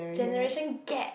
generation gap